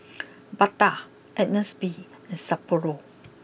Bata Agnes B and Sapporo